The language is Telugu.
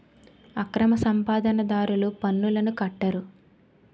అక్రమ సంపాదన దారులు పన్నులను కట్టరు